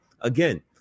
again